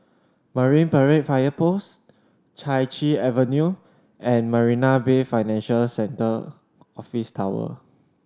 Marine Parade Fire Post Chai Chee Avenue and Marina Bay Financial Centre Office Tower